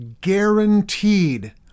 Guaranteed